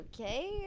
Okay